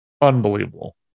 unbelievable